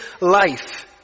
life